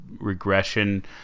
regression